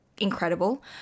incredible